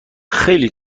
خیلی